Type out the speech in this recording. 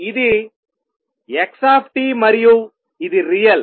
ఇది x మరియు ఇది రియల్